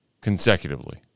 consecutively